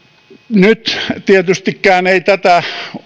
nyt tietystikään tätä kuviota ei